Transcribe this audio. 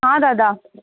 हा दादा